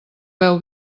beu